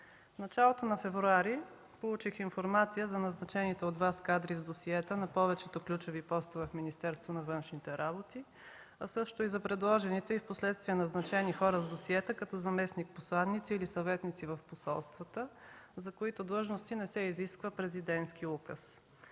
В началото на февруари получих информация за назначените от Вас кадри с досиета на повечето ключови постове в Министерството на външните работи, а също и за предложените и впоследствие назначени хора с досиета като заместник-посланици или съветници в посолствата, за които длъжности не се изисква президентски указ.